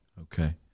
Okay